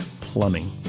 Plumbing